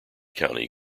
county